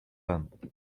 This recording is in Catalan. vent